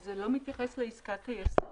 זה לא מתייחס לעסקת היסוד,